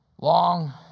long